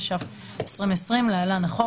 התש"ף-2020 (להלן החוק),